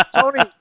Tony